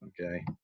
Okay